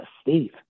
Steve